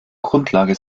grundlage